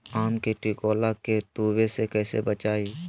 आम के टिकोला के तुवे से कैसे बचाई?